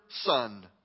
son